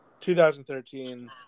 2013